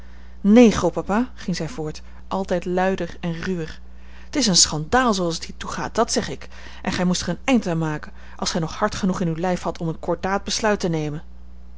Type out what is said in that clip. neen grootpapa ging zij voort altijd luider en ruwer t is een schandaal zooals het hier toegaat dat zeg ik en gij moest er een eind aan maken als gij nog hart genoeg in uw lijf hadt om een cordaat besluit te nemen